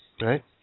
right